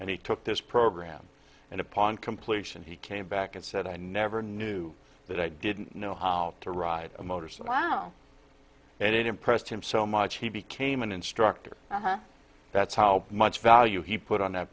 and he took this program and upon completion he came back and said i never knew that i didn't know how to ride a motorcycle and it impressed him so much he became an instructor that's how much value he put on that